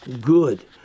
good